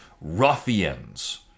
ruffians